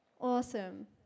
Awesome